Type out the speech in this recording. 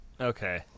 Okay